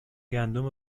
گندم